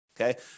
Okay